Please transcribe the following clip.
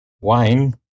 wine